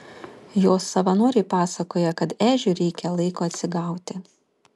jos savanoriai pasakoja kad ežiui reikia laiko atsigauti